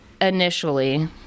initially